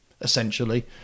essentially